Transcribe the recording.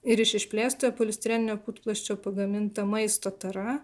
ir iš išplėstojo polistireninio putplasčio pagaminta maisto tara